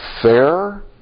fair